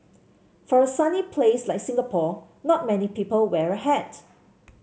for a sunny place like Singapore not many people wear a hat